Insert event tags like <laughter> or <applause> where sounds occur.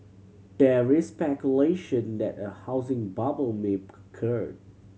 there <unintelligible> that a housing bubble may occur